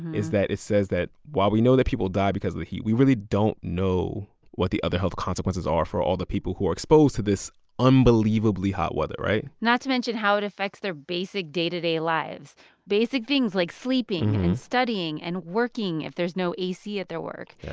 is that it says that while we know that people die because of the heat, we really don't know what the other health consequences are for all the people who are exposed to this unbelievably hot weather. right? not to mention how it affects their basic day-to-day lives basic things like sleeping and studying and working, if there's no ac at their work.